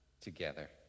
together